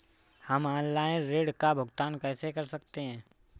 हम ऑनलाइन ऋण का भुगतान कैसे कर सकते हैं?